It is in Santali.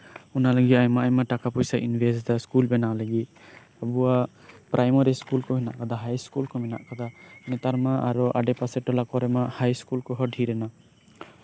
ᱚᱱᱟ ᱨᱮᱭᱟᱜ ᱟᱭᱢᱟ ᱟᱭᱢᱟ ᱴᱟᱠᱟᱭ ᱤᱱᱵᱷᱮᱥᱴ ᱮᱫᱟ ᱤᱥᱠᱩᱞ ᱵᱮᱱᱟᱣ ᱞᱟᱹᱜᱤᱫ ᱟᱵᱚᱣᱟᱜ ᱯᱨᱟᱤᱢᱟᱨᱤ ᱤᱥᱠᱩᱞ ᱠᱚ ᱢᱮᱱᱟᱜ ᱠᱟᱫᱟ ᱦᱟᱭ ᱤᱥᱠᱩᱞ ᱠᱚ ᱢᱮᱱᱟᱜ ᱠᱟᱫᱟ ᱱᱮᱛᱟᱨ ᱢᱟ ᱟᱰᱮᱯᱟᱥᱮ ᱴᱚᱞᱟ ᱠᱚᱨᱮ ᱢᱟ ᱦᱟᱭ ᱤᱥᱠᱩᱞ ᱦᱚᱸ ᱰᱷᱮᱨ ᱮᱱᱟ